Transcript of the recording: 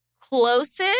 closest